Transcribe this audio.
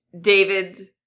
David